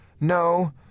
No